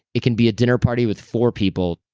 it can be a dinner party with four people.